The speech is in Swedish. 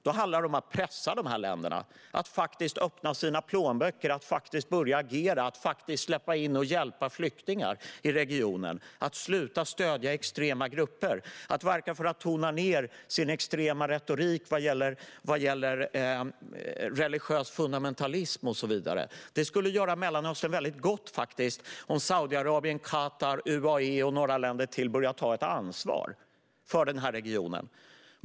Det handlar om att pressa de här länderna till att faktiskt öppna sina plånböcker och börja agera - att faktiskt släppa in och hjälpa flyktingar från regionen. De måste sluta stödja extrema grupper. De måste tona ned sin extrema retorik vad gäller religiös fundamentalism och så vidare. Det skulle göra Mellanöstern väldigt gott om Saudiarabien, Qatar, UAE och några andra länder skulle börja ta ett ansvar för regionen.